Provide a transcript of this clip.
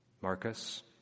Marcus